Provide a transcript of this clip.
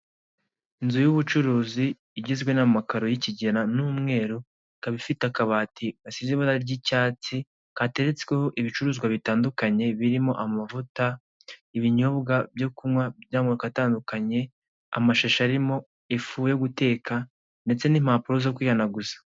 Inzu y'ubucuruzi igizwe n'amakaro y'ikigina n'umweru ikaba ifite akabati gasize ibara ry'icyatsi, kateretsweho ibicuruzwa bitandukanye birimo amavuta, ibinyobwa byo kunywa by'amoko atandukanye, amashashi arimo ifu yo guteka ndetse n'impapuro zo kwihanaguza.